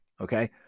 okay